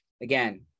Again